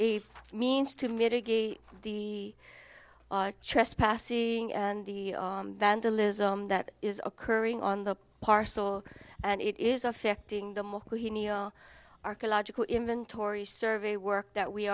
a means to mitigate the trespassing and the vandalism that is occurring on the parcel and it is affecting the neal archaeological inventory survey work that we